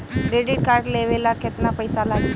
Credit card लेवे ला केतना पइसा लागी?